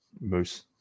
Moose